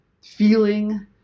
feeling